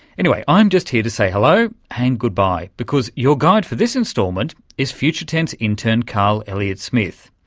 anyway, i'm just here to say hello and goodbye, because your guide for this instalment is future tense intern carl elliott smith.